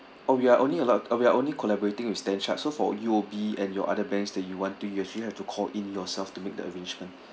oh we are only allowed uh we're only collaborating with stan chart so for U_O_B and your other banks that you want to use you actually have to call in yourself to make the arrangement